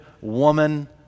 woman